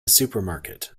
supermarket